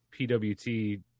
PWT